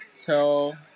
tell